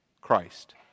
Christ